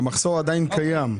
המחסור עדיין קיים.